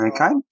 okay